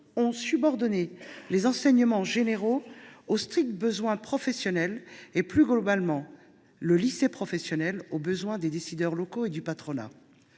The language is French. ont subordonné les enseignements généraux aux stricts besoins professionnels et, plus globalement, le lycée professionnel aux besoins des décideurs locaux et du patronat.